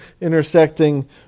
intersecting